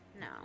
No